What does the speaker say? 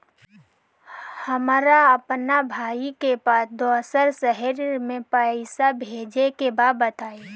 हमरा अपना भाई के पास दोसरा शहर में पइसा भेजे के बा बताई?